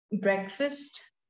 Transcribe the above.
breakfast